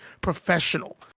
professional